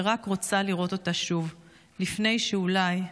שרק רוצה לראות אותה שוב לפני שאולי,